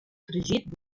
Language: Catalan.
fregit